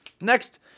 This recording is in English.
Next